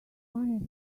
funniest